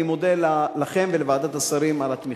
אני מודה לכם ולוועדת השרים על התמיכה.